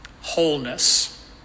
wholeness